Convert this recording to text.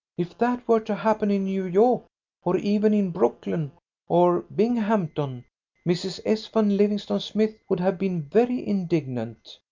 if that were to happen in new york or even in brooklyn or binghamton mrs. s. van livingston smythe would have been very indignant,